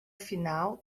final